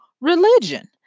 religion